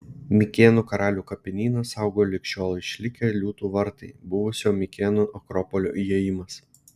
mikėnų karalių kapinyną saugo lig šiol išlikę liūtų vartai buvusio mikėnų akropolio įėjimas